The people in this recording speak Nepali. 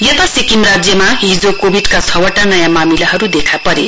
यता सिक्किम राज्यमा हिजो कोविडका छ वटा नयाँ मामिलाहरू देखा परे